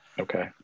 Okay